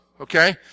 okay